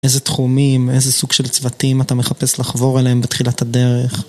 איזה תחומים, איזה סוג של צוותים אתה מחפש לחבור אליהם בתחילת הדרך?